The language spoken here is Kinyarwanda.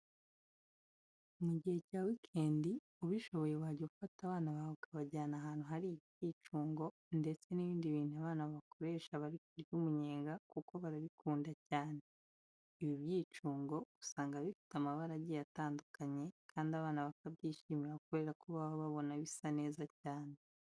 Mu gihe cya weekend ubishoboye wajya ufata abana bawe ukabajyana ahantu hari ibyicungo ndetse n'ibindi bintu abana bakoresha bari kurya umunyenga kuko barabikunda cyane. Ibi byicungo usanga bifite amabara agiye atandukanye kandi abana bakabyishimira kubera ko baba babona bisa neza cyane.